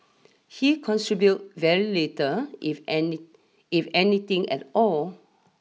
he contribute very little if any if anything at all